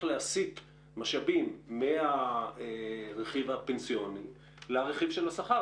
להסיט משאבים מהרכיב הפנסיוני לרכיב של השכר.